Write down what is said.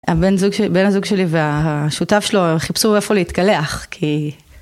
הבן זוג שלי, בן הזוג שלי והשותף שלו הם חיפשו איפה להתקלח כי